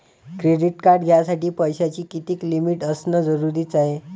Credit card घ्यासाठी पैशाची कितीक लिमिट असनं जरुरीच हाय?